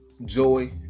joy